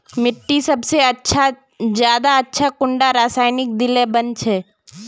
मिट्टी सबसे ज्यादा अच्छा कुंडा रासायनिक दिले बन छै?